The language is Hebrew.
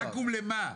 ואקום של מה?